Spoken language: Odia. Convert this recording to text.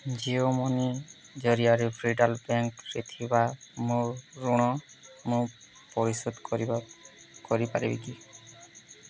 ଜିଓ ମନି ଜରିଆରେ ଫେଡ଼େରାଲ୍ ବ୍ୟାଙ୍କ୍ ରେ ଥିବା ମୋ ଋଣ ମୁଁ ପରିଶୋଧ କରିବା କରିପାରିବି କି